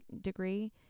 degree